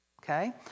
Okay